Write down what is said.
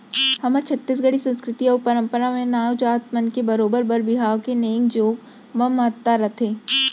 हमर छत्तीसगढ़ी संस्कृति अउ परम्परा म नाऊ जात मन के बरोबर बर बिहाव के नेंग जोग म महत्ता रथे